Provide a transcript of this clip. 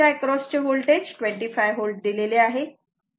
तर इथे या रेझिस्टर R च्या एक्रॉसचे होल्टेज 25 V दिलेले आहे